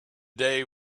day